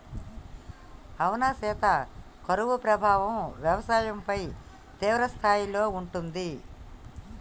అవునా సీత కరువు ప్రభావం వ్యవసాయంపై తీవ్రస్థాయిలో ఉంటుంది